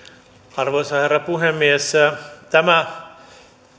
arvoisa herra puhemies tämä